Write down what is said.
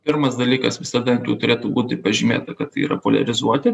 pirmas dalykas visada ant jų turėtų būti pažymėta kad tai yra poliarizuoti